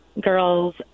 girls